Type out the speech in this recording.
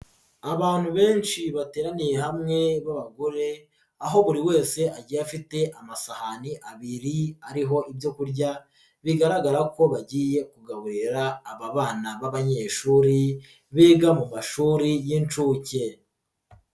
Abantu benshi bateraniye hamwe b'abagore aho buri wese agiye afite amasahani abiri ariho ibyo kurya bigaragara ko bagiye kugaburira aba bana b'abanyeshuri biga mu mashuri y'inshuke.